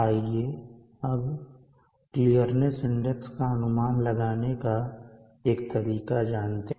आइये अब clearness index का अनुमान लगाने का एक तरीका जानते हैं